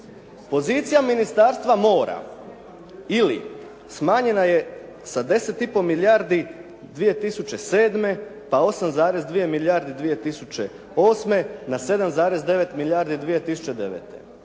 Pozicija Ministarstva mora ili smanjena je sa 10 i po milijardi 2007. pa 8,2 milijardi 2008. na 7,9 milijardi 2009.